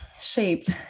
shaped